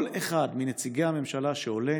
כל אחד מנציגי הממשלה שעולה